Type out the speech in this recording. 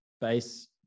Base